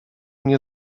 nie